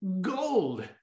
gold